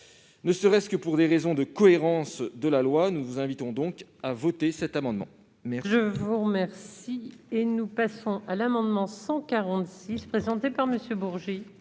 Ne serait-ce que pour des raisons de cohérence de la loi, nous vous invitons donc à voter cet amendement.